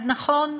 אז נכון,